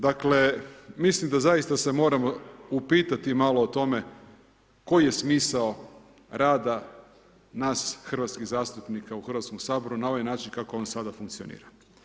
Dakle, mislim da zaista se moramo upitati malo o tome koji je smisao rada nas hrvatskih zastupnika u Hrvatskom saboru na ovaj način kako on sada funkcionira.